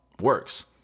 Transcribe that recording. works